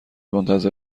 منتظر